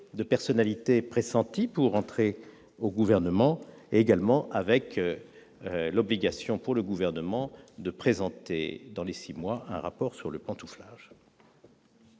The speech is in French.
de personnalités pressenties pour entrer au Gouvernement, ou encore sur l'obligation pour le Gouvernement de publier dans les six mois un rapport sur le pantouflage.